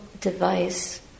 device